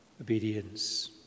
obedience